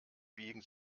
biegen